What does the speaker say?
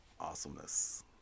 Awesomeness